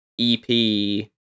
EP